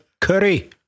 curry